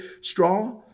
straw